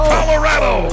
Colorado